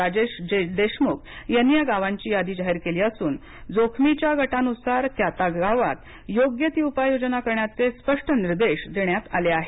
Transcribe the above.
राजेश देशमुख यांनी या गावांची यादी जाहीर केली असून जोखमीच्या गटानुसार त्या त्या गावात योग्य ती उपाय योजना करण्याचे स्पष्ट निर्देश देण्यात आले आहेत